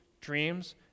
dreams